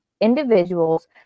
individuals